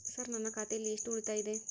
Sir ನನ್ನ ಖಾತೆಯಲ್ಲಿ ಎಷ್ಟು ಉಳಿತಾಯ ಇದೆ?